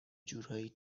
جورایی